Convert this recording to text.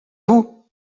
vous